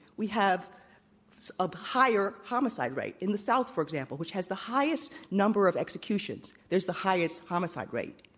we have a higher homicide rate. in the south, for example, which has the highest number of executions there's the highest homicide rate.